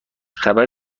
خبر